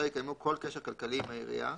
לא יקיימו כל קשר כלכלי עם העירייה,